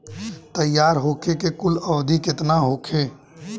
तैयार होखे के कुल अवधि केतना होखे?